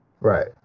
Right